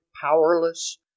powerless